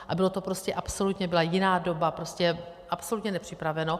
A bylo to absolutně, byla jiná doba, prostě absolutně nepřipraveno.